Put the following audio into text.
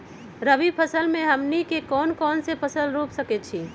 रबी फसल में हमनी के कौन कौन से फसल रूप सकैछि?